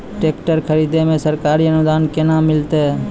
Tractor खरीदै मे सरकारी अनुदान केना मिलतै?